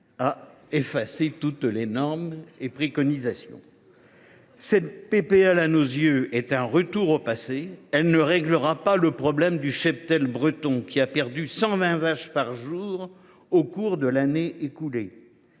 à effacer toutes les normes et préconisations… Cette proposition de loi est, à nos yeux, un retour au passé. Elle ne réglera pas le problème du cheptel breton, qui a perdu 120 vaches par jour au cours de l’année écoulée.